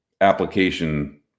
application